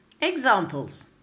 Examples